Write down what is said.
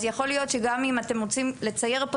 אז יכול להיות שגם אם אתם רוצים לצייר פה